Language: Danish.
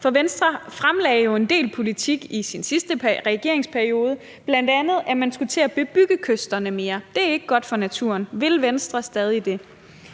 Venstre fremlagde jo en del politik i sin sidste regeringsperiode, bl.a. at man skulle til at bebygge kysterne mere – det er ikke godt for naturen. Vil Venstre stadig det?